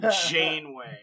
Janeway